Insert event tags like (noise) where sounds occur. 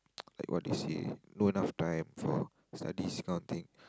(noise) like what they say not enough time for studies kind of thing